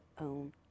own